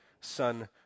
Son